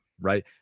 right